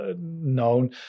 known